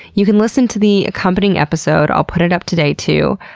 you can listen to the accompanying episode. i'll put it up today, too.